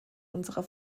unserer